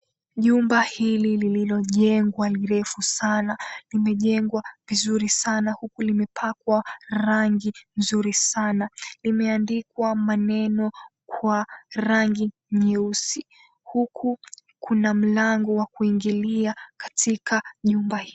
Jumba hili lililojengwa ni refu sana. Limejengwa vizuri sana huku limepakwa rangi nzuri sana. Limeandikwa maneno kwa rangi nyeusi huku kuna mlango wa kuingililia katika nyumba hii.